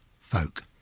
folk